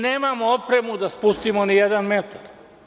Nemamo opremu da spustimo nijedan metar.